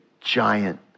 giant